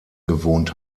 gewohnt